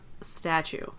Statue